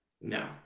No